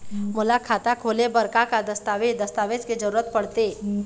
मोला खाता खोले बर का का दस्तावेज दस्तावेज के जरूरत पढ़ते?